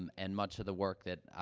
um and much the work that,